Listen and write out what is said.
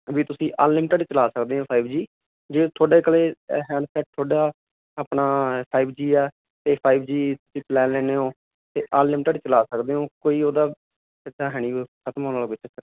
ਵੀ ਤੁਸੀਂ ਅਨਲਿਮਟਡ ਚਲਾ ਸਕਦੇ ਓਂ ਫਾਈਵ ਜੀ ਜੇ ਤੁਹਾਡੇ ਕੋਲੇ ਹੈਂਡਸੈੱਟ ਤੁਹਾਡਾ ਆਪਣਾ ਫਾਈਵ ਜੀ ਐ ਤੇ ਪਲੈਨ ਲੈਨੇ ਓਂ ਤੇ ਅਨਲਿਮਟਡ ਚਲਾ ਸਕਦੇ ਓ ਕੋਈ ਉਹਦਾ ਇੱਦਾਂ ਹੈ ਨੀ ਖਤਮ ਹੋਣ ਆਲਾ ਕੋਈ ਚੱਕਰ ਨੀ